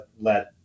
let